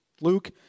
Luke